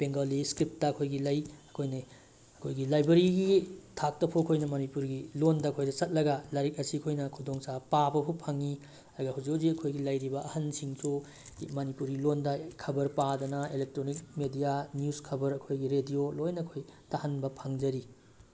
Bengali script ꯑꯩꯈꯣꯏꯒꯤ ꯂꯩ ꯑꯩꯈꯣꯏꯅ ꯑꯩꯈꯣꯏꯒꯤ ꯂꯥꯏꯕꯦꯔꯤꯒꯤ ꯊꯥꯛꯇ ꯐꯥꯎ ꯑꯩꯈꯣꯏꯅ ꯃꯅꯤꯄꯨꯔꯒꯤ ꯂꯣꯜꯗ ꯑꯩꯈꯣꯏꯅ ꯆꯠꯂꯒ ꯂꯥꯏꯔꯤꯛ ꯑꯁꯤ ꯑꯩꯈꯣꯏꯅ ꯈꯨꯗꯣꯡꯆꯥꯕ ꯄꯥꯕ ꯐꯥꯎꯕ ꯐꯪꯉꯤ ꯑꯗꯨꯒ ꯍꯧꯖꯤꯛ ꯍꯧꯖꯤꯛ ꯑꯩꯈꯣꯏꯒꯤ ꯂꯩꯔꯤꯕ ꯑꯍꯟꯁꯤꯡꯁꯨ ꯃꯅꯤꯄꯨꯔꯤ ꯂꯣꯜꯗ ꯈꯕꯔ ꯄꯥꯗꯅ ꯑꯦꯂꯦꯛꯇ꯭ꯔꯣꯅꯤꯛ ꯃꯦꯗꯤꯌꯥ ꯅ꯭ꯌꯨꯁ ꯈꯕꯔ ꯑꯩꯈꯣꯏꯒꯤ ꯔꯦꯗꯤꯑꯣ ꯂꯣꯏꯅ ꯑꯩꯈꯣꯏ ꯇꯥꯍꯟꯕ ꯐꯪꯖꯔꯤ